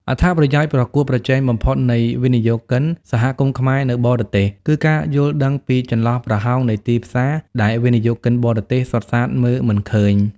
អត្ថប្រយោជន៍ប្រកួតប្រជែងបំផុតនៃវិនិយោគិន សហគមន៍ខ្មែរនៅបរទេស គឺការយល់ដឹងពី "ចន្លោះប្រហោងនៃទីផ្សារ" ដែលវិនិយោគិនបរទេសសុទ្ធសាធមើលមិនឃើញ។